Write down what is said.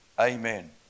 amen